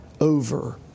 over